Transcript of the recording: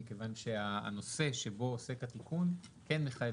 מכיוון שהנושא שבו עוסק התיקון כן מחייב